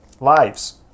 lives